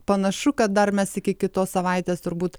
panašu kad dar mes iki kitos savaitės turbūt